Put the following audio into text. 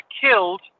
killed